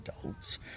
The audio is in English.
adults